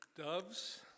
Doves